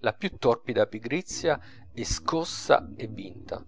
la più torpida pigrizia è scossa e vinta